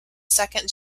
second